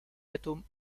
atomes